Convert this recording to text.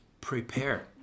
prepare